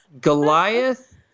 Goliath